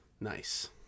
Nice